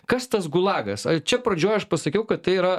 kas tas gulagas čia pradžioj aš pasakiau kad tai yra